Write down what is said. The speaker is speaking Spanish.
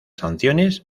sanciones